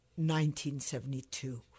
1972